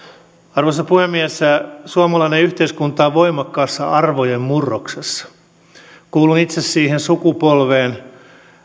arvoisa puhemies suomalainen yhteiskunta on voimakkaassa arvojen murroksessa kuulun itse siihen sukupolveen